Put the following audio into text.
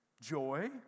Joy